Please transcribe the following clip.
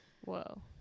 Whoa